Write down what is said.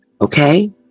Okay